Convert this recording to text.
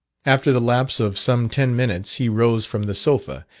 after the lapse of some ten minutes he rose from the sofa,